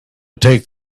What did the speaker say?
take